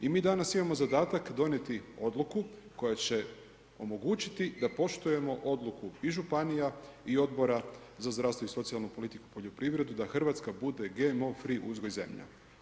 I mi danas imamo zadatak donijeti odluku, koja će omogućiti da poštujemo odluku i županija i Odbora za zdravstvo i socijalnu politiku i poljoprivredu, da Hrvatska bude GMO free uzgoj zemlja.